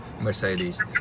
Mercedes